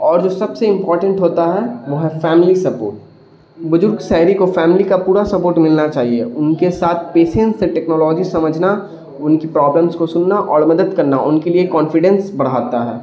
اور جو سب سے امپورٹینٹ ہوتا ہے وہ ہے فیملی سپورٹ بزرگ شحری کو فیملی کا پورا سپورٹ ملنا چاہیے ان کے ساتھ پیشینس سے ٹیکنالوجی سمجھنا ان کی پرابلمس کو سننا اور مدد کرنا ان کے لیے کانفیڈینس بڑھاتا ہے